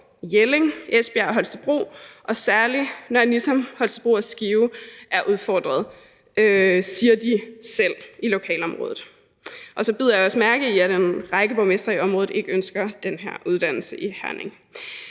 Jelling, Esbjerg og Holstebro, og særlig Nørre Nissum, Holstebro og Skive er udfordret, siger de selv i lokalområdet. Så bider jeg også mærke i, at en række borgmestre i området ikke ønsker den her uddannelse i Herning.